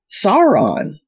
Sauron